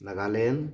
Nagaland